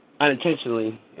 unintentionally